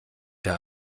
der